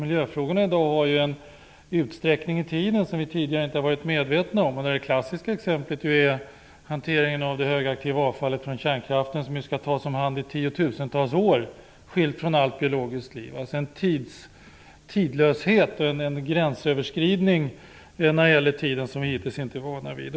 Miljöfrågorna i dag har ju en utsträckning i tiden som vi tidigare inte varit medvetna om. Det klassiska exemplet är hanteringen av det högaktiva avfallet från kärnkraften som skall tas om hand i tiotusentals år, skilt från allt biologiskt liv. Det är alltså en tidlöshet och en gränsöverskridning när det gäller tiden som vi hittills inte varit vana vid.